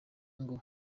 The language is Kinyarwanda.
ngo